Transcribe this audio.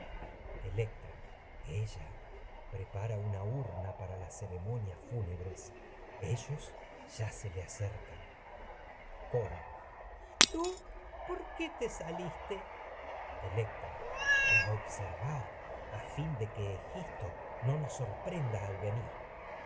electra ella prepara una urna para las ceremo nias fúnebres ellos ya se le acercan tii por qué te saliste observar a fin de que egisto no nos coro y electra para sorprenda al venir